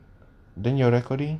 then your recording